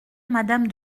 madame